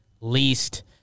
least